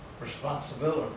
responsibility